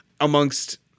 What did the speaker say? amongst